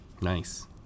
Nice